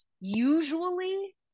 Usually